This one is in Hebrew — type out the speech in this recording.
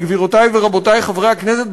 גבירותי ורבותי חברי הכנסת,